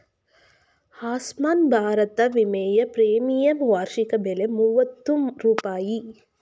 ಆಸ್ಮಾನ್ ಭಾರತ ವಿಮೆಯ ಪ್ರೀಮಿಯಂ ವಾರ್ಷಿಕ ಬೆಲೆ ಮೂವತ್ತು ರೂಪಾಯಿ